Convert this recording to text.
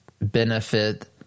benefit